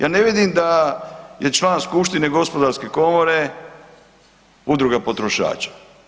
Ja ne vidim da je član skupštine gospodarske komore udruga potrošača.